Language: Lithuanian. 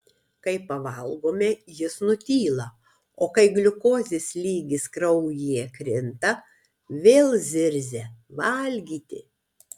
kai pavalgome jis nutyla o kai gliukozės lygis kraujyje krinta vėl zirzia valgyti